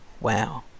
wow